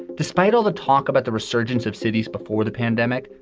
despite all the talk about the resurgence of cities before the pandemic,